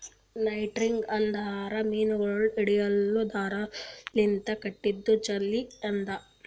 netting ಅಂದುರ್ ಮೀನಗೊಳ್ ಹಿಡಿಲುಕ್ ದಾರದ್ ಲಿಂತ್ ಕಟ್ಟಿದು ಜಾಲಿ ಅದಾ